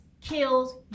kills